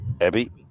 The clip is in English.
Abby